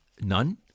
None